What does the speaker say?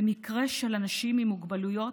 במקרה של אנשים עם מוגבלויות,